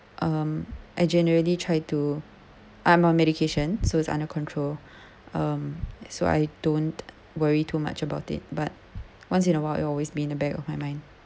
um I generally try to I'm on medication so is under control um so I don't worry too much about it but once in a while it always been the back of my mind